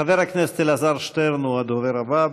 חבר הכנסת אלעזר שטרן הוא הדובר הבא.